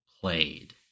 played